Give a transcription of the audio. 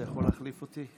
אתה יכול להחליף אותי?